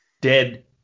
dead